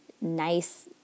nice